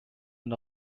and